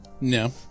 No